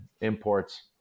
imports